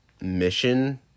mission